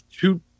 two